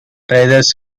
its